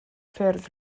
ffyrdd